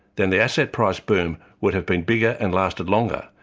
then the asset price boom would have been bigger and lasted longer,